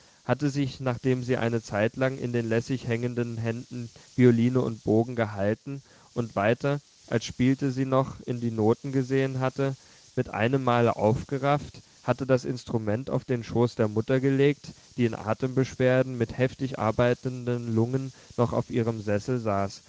hatte sich nachdem sie eine zeitlang in den lässig hängenden händen violine und bogen gehalten und weiter als spiele sie noch in die noten gesehen hatte mit einem male aufgerafft hatte das instrument auf den schoß der mutter gelegt die in atembeschwerden mit heftig arbeitenden lungen noch auf ihrem sessel saß